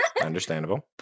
understandable